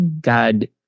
God